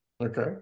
Okay